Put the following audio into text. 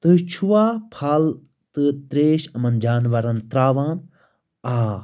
تُہۍ چھُوا پھل تہٕ ترٛریش یِمَن جاناوَارَن تراوان آ